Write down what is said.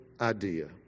idea